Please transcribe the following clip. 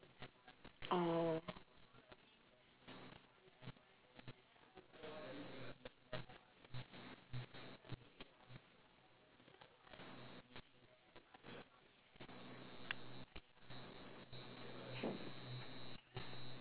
oh